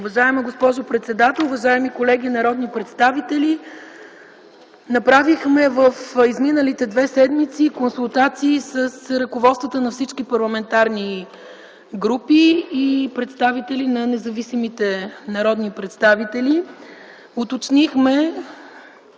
Уважаема госпожо председател, уважаеми колеги народни представители! В изминалите две седмици направихме консултации с ръководството на всички парламентарни групи и представители на независимите народни представители.